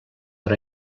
per